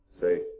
say